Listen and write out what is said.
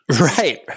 Right